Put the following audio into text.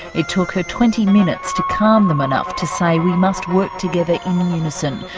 it took her twenty minutes to calm them enough to say we must work together unison.